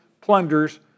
plunders